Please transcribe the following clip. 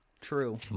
True